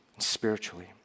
Spiritually